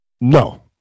No